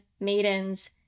maidens